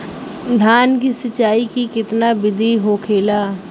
धान की सिंचाई की कितना बिदी होखेला?